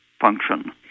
function